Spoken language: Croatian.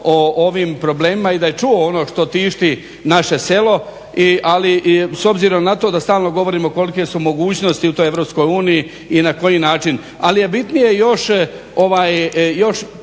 o ovim problemima i da je čuo ono što tišti naše selo ali i s obzirom na to da stalno govorimo kolike su mogućnosti u toj EU i na koji način ali je bitnije još